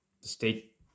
state